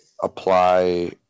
apply